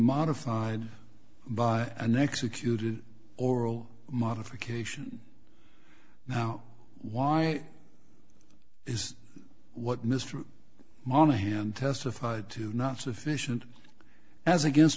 modified by an executed oral modification now why is what mr monaghan testified to not sufficient as against